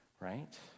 Right